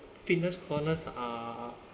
fitness corners are